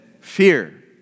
fear